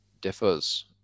differs